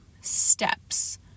steps